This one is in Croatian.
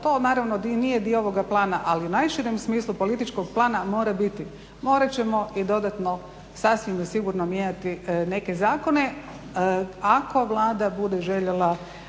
to naravno i nije dio ovoga plana, ali u najširem smislu političkog plana mora biti, morat ćemo i dodatno sasvim sigurno mijenjati neke zakone. Ako Vlada bude željela